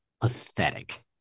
pathetic